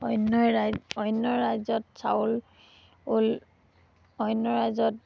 অন্য ৰাই অন্য ৰাজ্যত চাউল উল অন্য ৰাজ্য়ত